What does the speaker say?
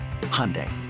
Hyundai